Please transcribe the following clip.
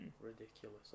Ridiculous